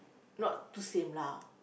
not too same lah